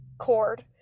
cord